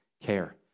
care